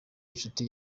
inshuti